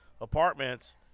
apartments